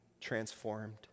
transformed